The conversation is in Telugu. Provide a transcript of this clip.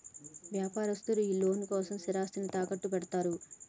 వ్యాపారస్తులు ఈ లోన్ల కోసం స్థిరాస్తిని తాకట్టుపెడ్తరు